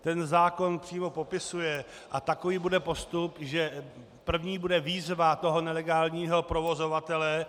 Ten zákon přímo popisuje, a takový bude postup, že první bude výzva toho nelegálního provozovatele.